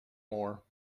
more